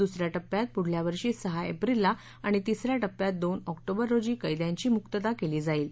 द्सऱ्या टप्प्यात पुढल्या वर्षी सहा एप्रिलला आणि तिसऱ्या टप्प्यात दोन ऑक्टोबर रोजी कैद्यांची मुरूता केली जाईल